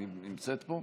היא נמצאת פה?